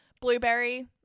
Blueberry